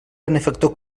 benefactor